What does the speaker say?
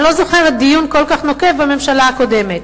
אני לא זוכרת דיון כל כך נוקב בממשלה הקודמת.